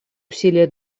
усилия